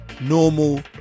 normal